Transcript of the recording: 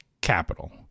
capital